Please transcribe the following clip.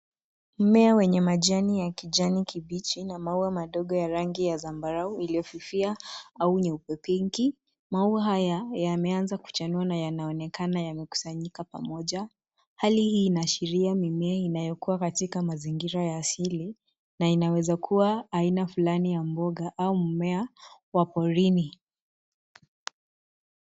Mmea wenye majani ya kijani kibichi ina maua madogo ya rangi za zambarau iliyo fifia au nyeupe [cs ] pinki[cs ] maua haya yameanza kuchanua na yanaonekana yamekusanyika pamoja. Hali hii inaashiria mimea inayo katika mazingira ya asili na inaweza kuwa aina fulani ya mboga au mmea wa porini.